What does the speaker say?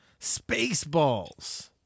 Spaceballs